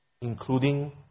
including